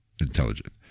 intelligent